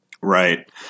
Right